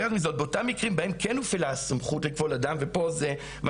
באותם מקרים בהם כן הופעלה הסמכות לכבול אדם - ופה זה מה